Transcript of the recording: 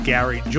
Gary